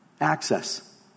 Access